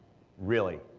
really,